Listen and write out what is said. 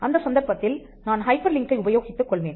அந்த சந்தர்ப்பத்தில் நான் ஹைப்பர் லிங்க் ஐ உபயோகித்துக் கொள்வேன்